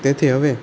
તેથી હવે